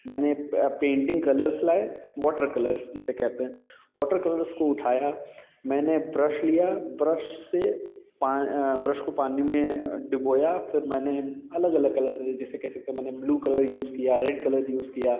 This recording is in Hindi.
मैंने पेंटिंग कलर्स लाए वॉटर कलर्स जिसे कहते हैं वॉटर कलर्स को उठाया मैंने ब्रश लिया ब्रश से ब्रश को पानी में डुबोया फिर मैंने अलग अलग कलर्स लिए जैसे कैसे तो मैंने ब्लू कलर यूज़ किया रेड कलर यूज़ किया